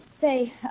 Say